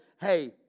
hey